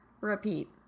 Repeat